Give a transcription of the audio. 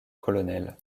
colonel